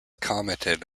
commented